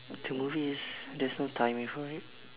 the movie is there's no timing for it